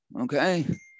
Okay